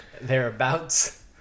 thereabouts